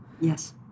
Yes